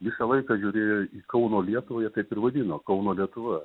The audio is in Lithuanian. visą laiką žiūrėjo į kauno lietuvą jie taip ir vadino kauno lietuva